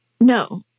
No